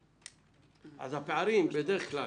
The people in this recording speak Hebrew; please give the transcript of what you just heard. אז הפערים בדרך כלל